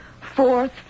fourth